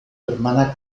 hermana